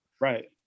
Right